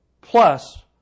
plus